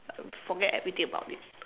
forget everything about it